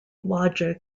evolution